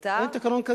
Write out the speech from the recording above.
מותר לו.